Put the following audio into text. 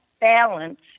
balance